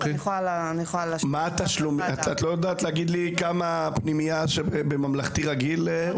את לא יודעת כמה עולה פנימייה בממלכתי רגיל?